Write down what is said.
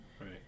Right